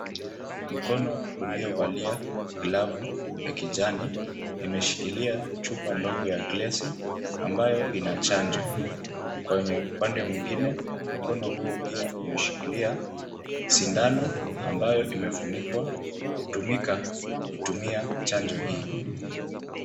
Mkono uliovalia glavu ya kijani, imeshikilia chupa ndogo ya glasi ambayo ina chanjo. Kwa wenye upande mwingine mkono huo pia umeshikila sindano ambayo imefunikwa kutumika kutumia chanjo hii.